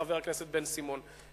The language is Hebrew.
חבר הכנסת בן-סימון,